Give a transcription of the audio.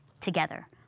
together